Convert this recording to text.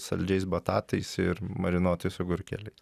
saldžiais batatais ir marinuotais agurkėliai